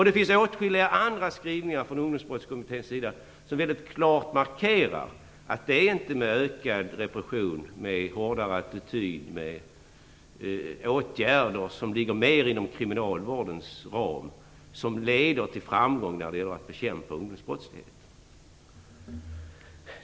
Det finns åtskilliga andra skrivningar från Ungdomsbrottskommitténs sida som väldigt klart markerar att en ökad repression, en hårdare attityd eller åtgärder som mera ligger inom kriminalvårdens ram inte leder till framgång när det gäller att bekämpa ungdomsbrottslighet.